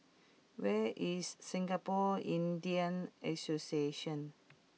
where is Singapore Indian Association